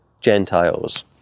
Gentiles